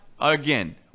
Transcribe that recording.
again